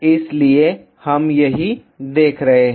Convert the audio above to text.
इसलिए हम यही देख रहे हैं